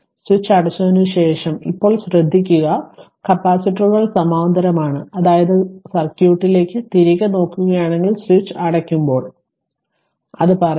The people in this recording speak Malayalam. സ്വിച്ച് അടച്ചതിനുശേഷം ഇപ്പോൾ ശ്രദ്ധിക്കുക കപ്പാസിറ്ററുകൾ സമാന്തരമാണ് അതായത് സർക്യൂട്ടിലേക്ക് തിരികെ നോക്കുകയാണെങ്കിൽ സ്വിച്ച് അടയ്ക്കുമ്പോൾ അത് പറയുക